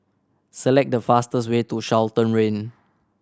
select the fastest way to Charlton Rane